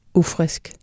ufrisk